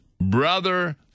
Brother